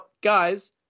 guys